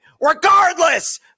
Regardless